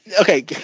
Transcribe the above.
okay